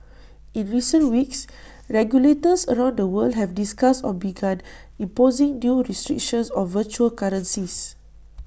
in recent weeks regulators around the world have discussed or begun imposing new restrictions on virtual currencies